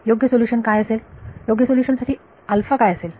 योग्य सोल्युशन ला काय असेल योग्य सोल्युशन साठी काय असेल